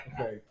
okay